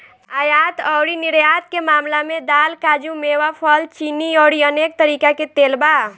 आयात अउरी निर्यात के मामला में दाल, काजू, मेवा, फल, चीनी अउरी अनेक तरीका के तेल बा